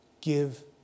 give